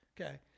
okay